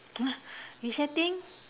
!huh! resetting